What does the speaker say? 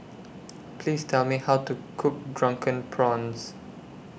Please Tell Me How to Cook Drunken Prawns